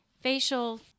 facial